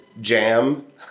jam